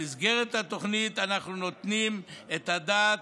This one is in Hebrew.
במסגרת התוכנית אנחנו נותנים את הדעת